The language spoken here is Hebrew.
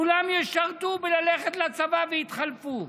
כולם ישרתו בללכת לצבא ויתחלפו.